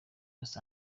los